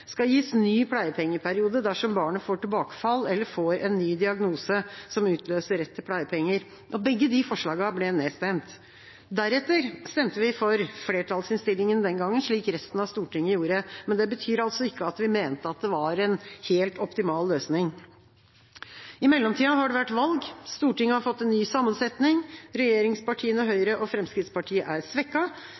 skal gis ny pleiepengeperiode dersom barnet får tilbakefall eller en ny diagnose som utløser rett til pleiepenger. Begge disse forslagene ble nedstemt. Deretter stemte vi for flertallsinnstillinga den gangen, slik resten av Stortinget gjorde, men det betyr altså ikke at vi mente at det var en helt optimal løsning. I mellomtida har det vært valg, Stortinget har fått en ny sammensetning og regjeringspartiene Høyre og Fremskrittspartiet er